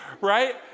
right